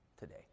today